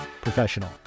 professional